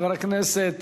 חבר הכנסת